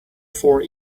for